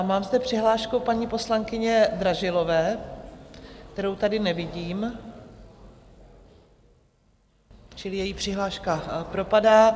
Mám zde přihlášku paní poslankyně Dražilové, kterou tady nevidím, čili její přihláška propadá.